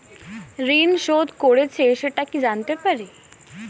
ঋণ শোধ করেছে সেটা কি জানতে পারি?